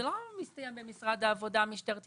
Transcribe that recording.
זה לא מסתיים במשרד העבודה, משטרת ישראל.